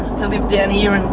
to live down here